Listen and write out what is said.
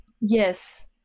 Yes